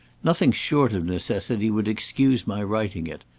nothing short of necessity would excuse my writing it.